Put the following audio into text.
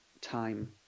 time